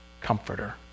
comforter